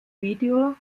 video